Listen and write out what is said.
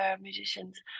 musicians